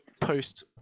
post